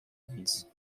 ones